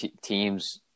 teams